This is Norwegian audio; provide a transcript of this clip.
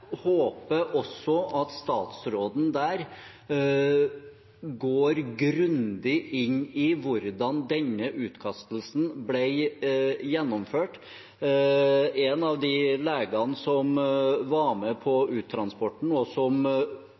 håper også at statsråden der går grundig inn i hvordan denne utkastelsen ble gjennomført. En av de legene som var med på uttransporten, og som